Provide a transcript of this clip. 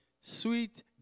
Sweet